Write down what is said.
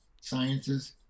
Sciences